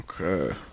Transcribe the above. okay